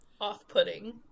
off-putting